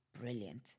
brilliant